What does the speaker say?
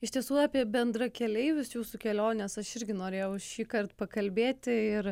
iš tiesų apie bendrakeleivius jūsų keliones aš irgi norėjau šįkart pakalbėti ir